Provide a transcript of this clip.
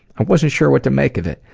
i wasn't sure what to make of it.